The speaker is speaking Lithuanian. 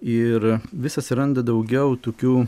ir vis atsiranda daugiau tokių